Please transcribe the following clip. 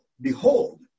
Behold